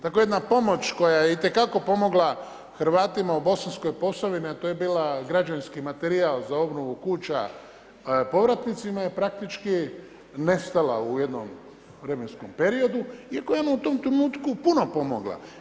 Tako jedna pomoć koja je itekako pomogla Hrvatima u Bosanskoj Posavini, a to je bila građevinski materijal za obnovu kuća povratnicima je praktički nestala u jednom vremenskom periodu iako je u tom trenutku puno pomogla.